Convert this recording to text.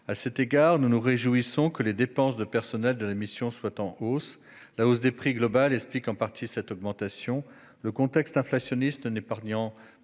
À cet égard, nous nous réjouissons que les dépenses de personnel de la mission soient en hausse. La hausse des prix globale explique en partie cette augmentation. Le contexte inflationniste n'épargnant pas